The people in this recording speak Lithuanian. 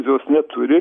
jos neturi